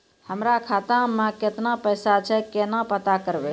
हमरा खाता मे केतना पैसा छै, केना पता करबै?